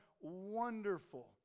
wonderful